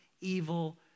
evil